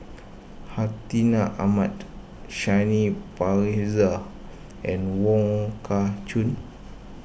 Hartinah Ahmad Shanti Pereira and Wong Kah Chun